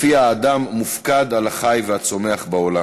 שלפיה האדם מופקד על החי והצומח בעולם.